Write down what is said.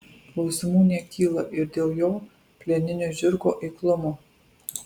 klausimų nekyla ir dėl jo plieninio žirgo eiklumo